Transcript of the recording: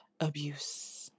abuse